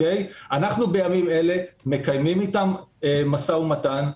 אנחנו בימים אלה מקיימים איתם משא ומתן.